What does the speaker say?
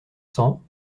cents